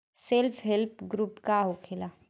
Self help group का होखेला?